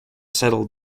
settled